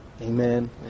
Amen